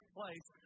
place